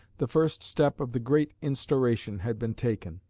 the first step of the great instauration had been taken.